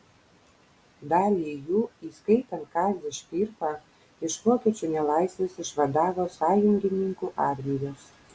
dalį jų įskaitant kazį škirpą iš vokiečių nelaisvės išvadavo sąjungininkų armijos